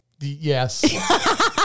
Yes